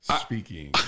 speaking